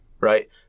Right